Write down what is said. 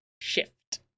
Shift